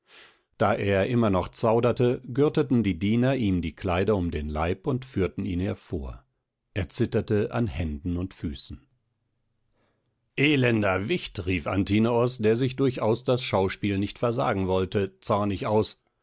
da er noch immer zauderte gürteten die diener ihm die kleider um den leib und führten ihn hervor er zitterte an händen und füßen elender wicht rief antinoos der sich durchaus das schauspiel nicht versagen wollte zornig aus